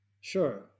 Sure